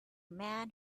man